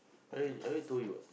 I I already told you what